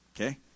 okay